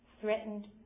threatened